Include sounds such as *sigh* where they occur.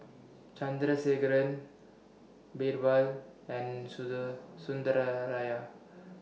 Chandrasekaran Birbal and *unintelligible*